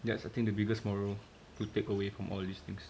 that's I think the biggest moral to take away from all these things